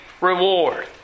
reward